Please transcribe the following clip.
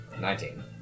nineteen